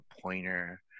pointer